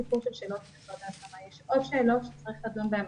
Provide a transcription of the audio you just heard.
זה לא רק הסיפור של --- יש עוד שאלות שצריך לדון בהן,